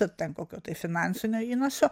ir ten kokio tai finansinio įnašo